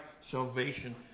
salvation